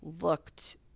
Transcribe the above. looked